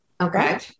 Okay